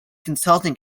consulting